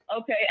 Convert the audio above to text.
okay